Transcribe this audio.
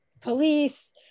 police